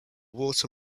water